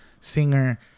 singer